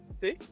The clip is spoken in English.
See